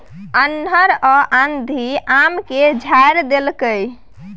अन्हर आ आंधी आम के झाईर देलकैय?